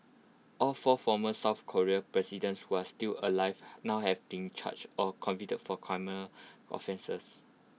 all four former south Korean presidents who are still alive now have been charged or convicted for criminal offences